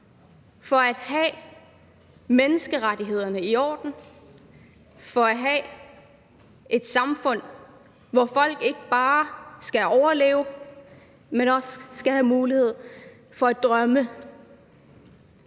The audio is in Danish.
for, at menneskerettighederne er i orden, for at have et samfund, hvor folk ikke bare skal overleve, men også skal have mulighed for at drømme.